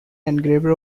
engraver